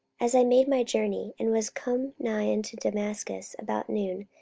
as i made my journey, and was come nigh unto damascus about noon,